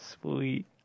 Sweet